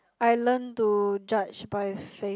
I learnt to judge by faith